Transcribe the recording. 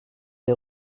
des